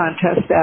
contest